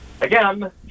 again